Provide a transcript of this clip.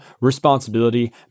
responsibility